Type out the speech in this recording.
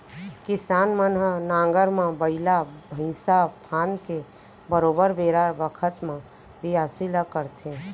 किसान मन ह नांगर म बइला भईंसा फांद के बरोबर बेरा बखत म बियासी ल करथे